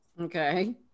Okay